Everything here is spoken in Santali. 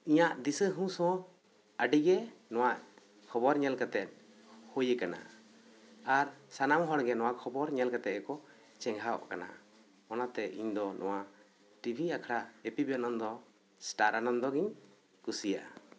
ᱤᱧᱟ ᱜ ᱫᱤᱥᱟᱹ ᱦᱩᱥ ᱦᱚᱸ ᱟᱹᱰᱤ ᱜᱮ ᱱᱚᱣᱟ ᱠᱷᱚᱵᱚᱨ ᱧᱮᱞ ᱛᱮ ᱦᱩᱭ ᱟᱠᱟᱱᱟ ᱟᱨ ᱥᱟᱱᱟᱢ ᱦᱚᱲ ᱜᱮ ᱱᱚᱣᱟ ᱠᱷᱚᱵᱚᱨ ᱧᱮᱞ ᱠᱟᱛᱮᱜ ᱜᱮᱠᱚ ᱪᱮᱸᱜᱷᱟᱣ ᱟᱠᱟᱱᱟ ᱚᱱᱟᱛᱮ ᱤᱧ ᱫᱚ ᱱᱚᱣᱟ ᱴᱤᱵᱷᱤ ᱟᱠᱷᱲᱟ A P B Ananda Star Ananda ᱜᱤᱧ ᱠᱩᱥᱤᱭᱟᱜᱼᱟ ᱧᱮᱞ ᱠᱟᱛᱮᱜ ᱦᱩᱭ ᱟᱠᱟᱱᱟ